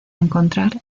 encontrar